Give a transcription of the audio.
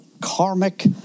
karmic